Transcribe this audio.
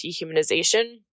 dehumanization